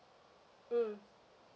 mm